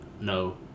No